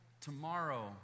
tomorrow